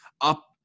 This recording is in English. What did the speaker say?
up